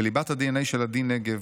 "בליבת הדנ"א של עדי נגב,